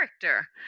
character